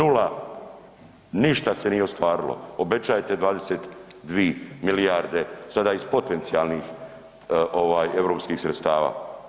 0, ništa se nije ostvarilo, obećajete 22 milijarde sada iz potencijalnih europskih sredstava.